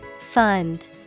Fund